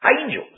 angels